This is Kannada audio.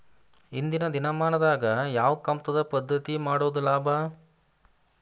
ಇಂದಿನ ದಿನಮಾನದಾಗ ಯಾವ ಕಮತದ ಪದ್ಧತಿ ಮಾಡುದ ಲಾಭ?